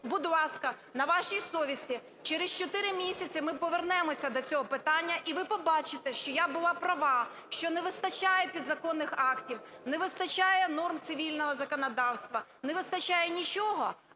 будь ласка, на вашій совісті. Через чотири місяці ми повернемося до цього питання, і ви побачите, що я була права, що не вистачає підзаконних актів, не вистачає норм цивільного законодавства, не вистачає нічого.